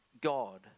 God